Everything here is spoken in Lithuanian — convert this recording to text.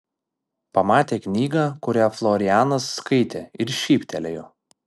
pamatė knygą kurią florianas skaitė ir šyptelėjo